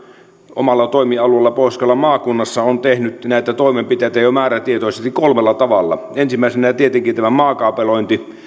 omalla toimialueellaan pohjois karjalan maakunnassa on tehnyt näitä toimenpiteitä jo määrätietoisesti kolmella tavalla ensimmäisenä tietenkin on tämä maakaapelointi